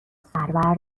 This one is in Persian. سرور